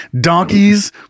donkeys